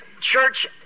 church